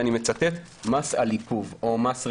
אני מצטט: מס על עיכוב או מס רצינות.